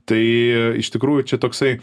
tai iš tikrųjų čia toksai